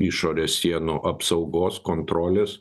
išorės sienų apsaugos kontrolės